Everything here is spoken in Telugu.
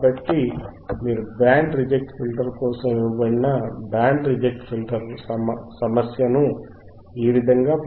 కాబట్టి మీరు బ్యాండ్ రిజెక్ట్ ఫిల్టర్ కోసం ఇవ్వబడిన బ్యాండ్ రిజెక్ట్ ఫిల్టర్ సమస్యను ఈ విధముగా పరిష్కరించగలరు